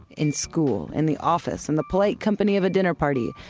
in school, in the office, and the polite company of a dinner party.